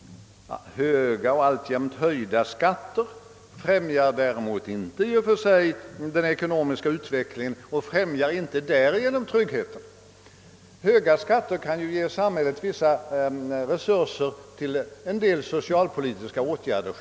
Höga och alltjämt höjda skatter främjar däremot inte i och för sig den ekonomiska utvecklingen och främjar inte därigenom tryggheten. Höga skatter kan självfallet ge samhället vissa resurser för en del socialpolitiska åtgärder.